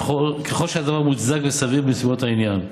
וככל שהדבר מוצדק וסביר בנסיבות העניין,